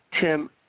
Tim